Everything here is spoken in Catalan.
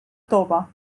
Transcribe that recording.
tova